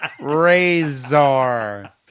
Razor